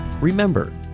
Remember